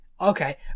okay